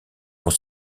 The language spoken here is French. pour